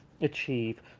achieve